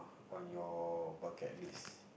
on your bucket list